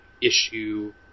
issue